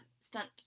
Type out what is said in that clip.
stunt